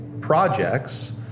projects